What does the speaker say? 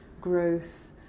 growth